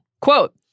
Quote